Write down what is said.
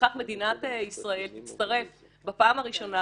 ובכך מדינת ישראל תצטרף בפעם הראשונה